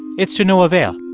it's to no avail.